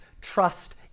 trust